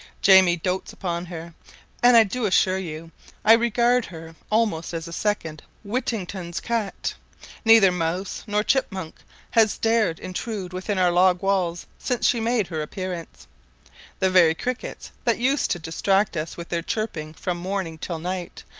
jamie dotes upon her and i do assure you i regard her almost as a second whittington's cat neither mouse nor chitmunk has dared intrude within our log-walls since she made her appearance the very crickets, that used to distract us with their chirping from morning till night,